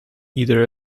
either